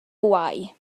bwâu